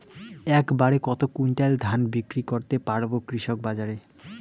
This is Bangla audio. এক বাড়ে কত কুইন্টাল ধান বিক্রি করতে পারবো কৃষক বাজারে?